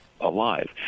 alive